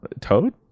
Toad